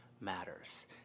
matters